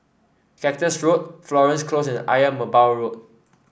Cactus Road Florence Close and Ayer Merbau Road